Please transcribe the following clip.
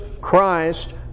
Christ